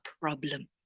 problem